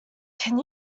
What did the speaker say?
can